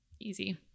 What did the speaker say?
easy